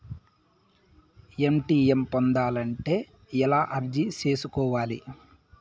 ATM పొందాలంటే ఎలా అర్జీ సేసుకోవాలి?